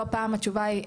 לא פעם התשובה היא,